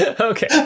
Okay